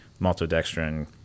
maltodextrin